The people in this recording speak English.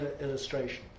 illustration